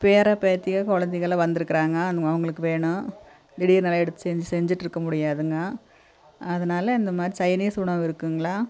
பேரன் பேத்திகள் குழந்தைகள்லாம் வந்துருக்கிறாங்க அவங்களுக்கு வேணும் திடீர்னு நிறையா எடுத்து செஞ்சிட்டுருக்க முடியாதுங்க அதனால் இந்தமாதிரி சைனீஸ் உணவு இருக்குங்களா